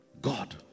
God